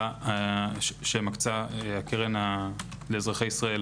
שמקצה הקרן לאזרחי ישראל